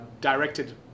directed